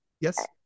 yes